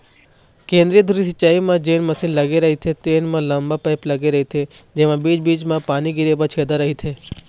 केंद्रीय धुरी सिंचई म जेन मसीन लगे रहिथे तेन म लंबा पाईप लगे रहिथे जेमा बीच बीच म पानी गिरे बर छेदा रहिथे